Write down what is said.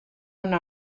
una